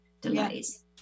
delays